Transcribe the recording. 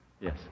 Yes